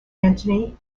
antony